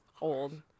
old